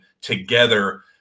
together